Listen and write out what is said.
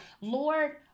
Lord